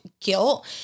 guilt